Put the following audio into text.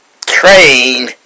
train